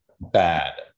bad